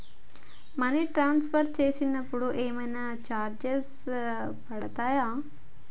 Money transfer చేసినప్పుడు ఏమైనా charges పడతయా?